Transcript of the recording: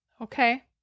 okay